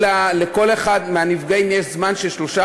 לכל אחד מהנפגעים יש פרק זמן של שלושה